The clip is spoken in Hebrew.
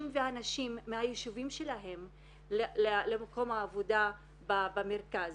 והנשים מהיישובים שלהם למקום העבודה במרכז.